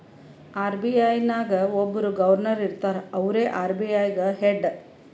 RBI ನಾಗ್ ಒಬ್ಬುರ್ governor ಇರ್ತಾರ ಅವ್ರೇ ಆರ್.ಬಿ.ಐ ಗ ಹೆಡ್